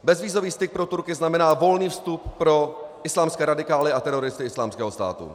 Bezvízový pro Turky znamená volný vstup pro islámské radikály a teroristy Islámského státu.